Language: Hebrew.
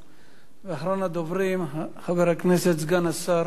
אחרון הדוברים, חבר הכנסת סגן השר איוב קרא.